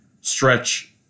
stretch